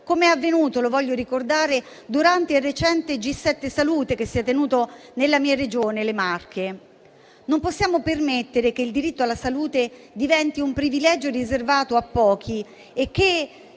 com'è avvenuto - lo voglio ricordare - durante il recente G7 Salute, che si è tenuto nella mia Regione, le Marche. Non possiamo permettere che il diritto alla salute diventi un privilegio riservato a pochi. Il